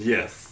Yes